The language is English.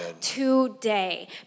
today